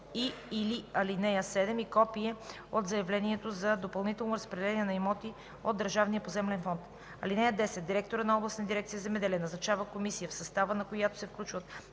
и/или ал. 7 и копие от заявлението за допълнително разпределение на имоти от държавния поземлен фонд. (10) Директорът на областната дирекция „Земеделие” назначава комисия, в състава на която се включват